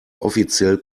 offiziell